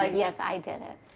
ah yes, i did it.